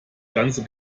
ganze